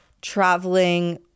traveling